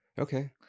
okay